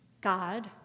God